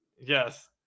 Yes